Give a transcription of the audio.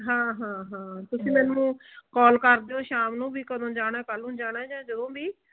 ਹਾਂ ਹਾਂ ਹਾਂ ਤੁਸੀਂ ਮੈਨੂੰ ਕਾਲ ਕਰ ਦਿਓ ਸ਼ਾਮ ਨੂੰ ਵੀ ਕਦੋਂ ਜਾਣਾ ਕੱਲ੍ਹ ਨੂੰ ਜਾਣਾ ਜਾਂ ਜਦੋਂ ਵੀ